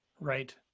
right